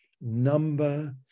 number